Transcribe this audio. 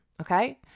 Okay